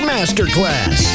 Masterclass